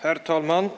Herr talman!